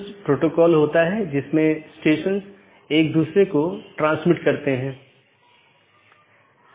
तो ये वे रास्ते हैं जिन्हें परिभाषित किया जा सकता है और विभिन्न नेटवर्क के लिए अगला राउटर क्या है और पथों को परिभाषित किया जा सकता है